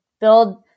build